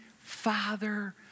father